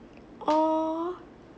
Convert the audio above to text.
!aww!